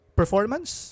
performance